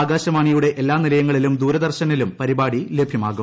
ആകാശവാണിയുടെ എല്ലാ നിലയങ്ങളിലും ദൂരദർശനിലും പരിപാടി ലഭ്യമാകും